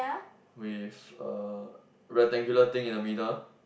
with a rectangular thing in the middle